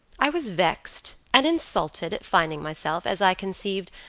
i was vexed and insulted at finding myself, as i conceived,